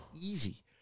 easy